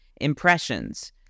impressions